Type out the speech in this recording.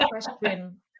question